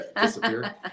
Disappeared